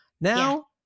now